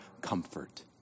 comfort